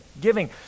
giving